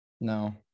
No